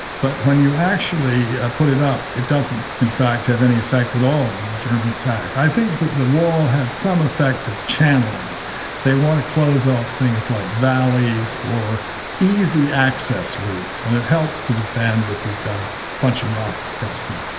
but when you actually put it up, it doesn't in fact have any effect at all on the german attack. i think that the wall had some effect of channelling. they want to close off things like valleys or easy access routes, and it helps to defend if you've got a bunch of rocks across them.